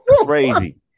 crazy